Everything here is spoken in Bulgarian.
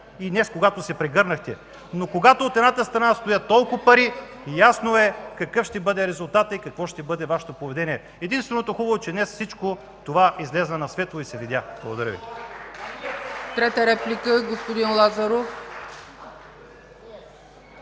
или днес, когато се прегърнахте? Но когато от едната страна стоят толкова пари, ясно е какъв ще бъде резултатът и какво ще бъде Вашето поведение. Единственото хубаво е, че всичко това излезе на светло и се видя. Благодаря Ви.